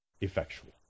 effectual